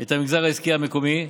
את המגזר העסקי המקומי,